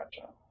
Gotcha